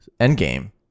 Endgame